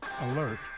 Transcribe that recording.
Alert